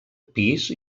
pis